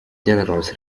generals